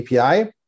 API